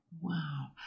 Wow